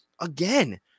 again